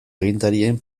agintarien